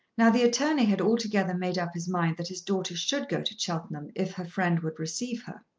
now the attorney had altogether made up his mind that his daughter should go to cheltenham if her friend would receive her.